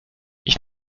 ich